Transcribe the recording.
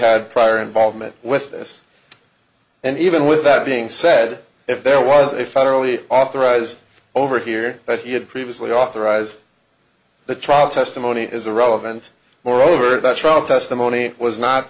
had prior involvement with this and even with that being said if there was a federally authorized over here that he had previously authorized the trial testimony is irrelevant moreover that trial testimony was not